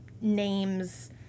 names